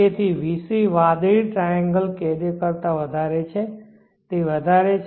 તેથી vc વાદળી triangle carrier કરતા વધારે છે તે વધારે છે